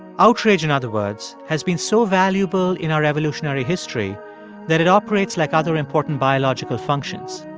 outrage, in other words, has been so valuable in our evolutionary history that it operates like other important biological functions.